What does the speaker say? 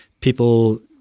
people